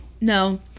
No